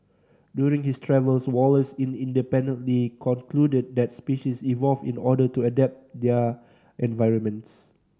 during his travels Wallace in independently concluded that species evolve in order to adapt their environments